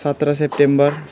सत्र सेप्टेम्बर